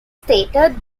stated